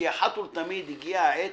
כי אחת ולתמיד הגיע העת